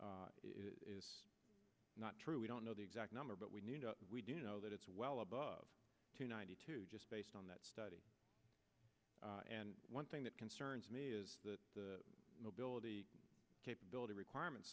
me is not true we don't know the exact number but we need we do know that it's well above two ninety two just based on that study and one thing that concerns me is the mobility capability requirement